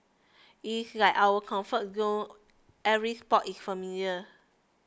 it is like our comfort zone every spot is familiar